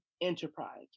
enterprise